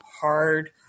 hard